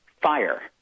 fire